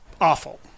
awful